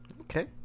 Okay